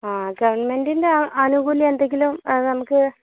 ആ ഗവണ്മെൻറ്റിൻ്റെ ആനുകൂല്യം എന്തെകിലും നമുക്ക്